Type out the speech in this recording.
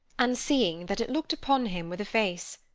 and seeing that it looked upon him with a face,